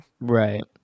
Right